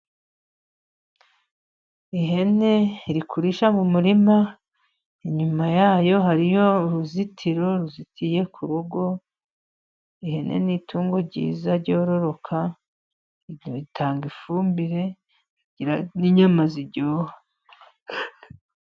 Ihene iri kurisha mu murima, Inyuma yayo hariho uruzitiro ruzitiye ku rugo, Ihene ni itungo ryiza ryororoka, itanga ifumbire, n'inyama ziryoha.